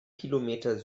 kilometer